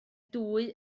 dwy